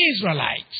Israelites